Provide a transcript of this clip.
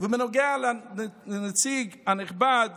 ובנוגע לנציג הנכבד